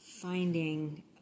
finding